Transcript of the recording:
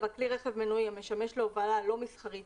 (7) כלי רכב מנועי המשמש להובלה לא מסחרית